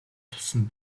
тусам